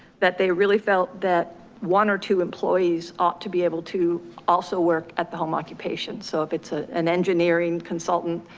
that they really felt that one or two employees ought to be able to also work at the home occupation. so if it's ah an engineering consultant,